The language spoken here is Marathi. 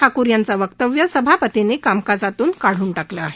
ठाकूर यांचं वक्तव्य सभापतींनी कामकाजातून काढलं आहे